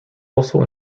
also